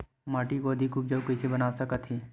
माटी को अधिक उपजाऊ कइसे बना सकत हे?